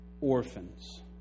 orphans